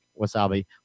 wasabi